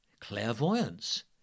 clairvoyance